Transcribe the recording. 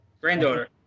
granddaughter